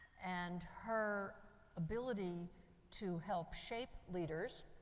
and her ability to help shape leaders